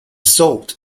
salt